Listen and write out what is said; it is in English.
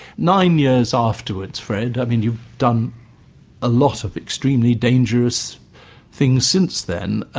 nine years afterwards, fred, i mean you've done a lot of extremely dangerous things since then, ah